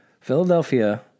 Philadelphia